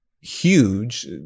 huge